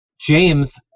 James